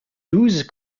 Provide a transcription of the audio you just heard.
douze